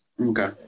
Okay